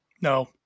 No